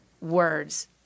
words